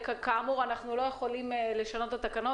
כעת אנחנו לא יכולים לשנות את התקנות,